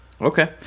Okay